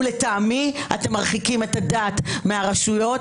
ולטעמי אתם מרחיקים את הדת מהרשויות,